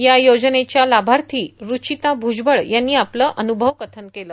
या योजनेच्या लाभार्थी रूचिता भ्रजबळ यांनी आपलं अनुभव कथन केलं